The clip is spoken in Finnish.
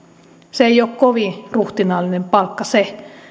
se ei ole kovin ruhtinaallinen palkka se